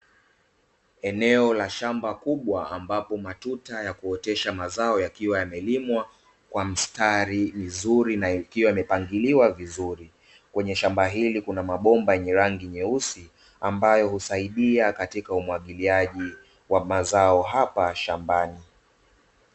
Eneo la shamba kubwa ambapo matuta ya kuotosha mazao yakiwa yamelimwa kwa mstari vizuri, ikiwa imepangiliwa vizuri katika shamba hili kuna mabomba yenye rangi nyeusi, ambayo husaidia katika umwagiliaji wa mazao hapa shambani.